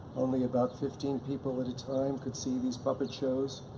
only about fifteen people at a time could see these puppet shows.